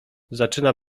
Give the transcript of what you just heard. zaczyna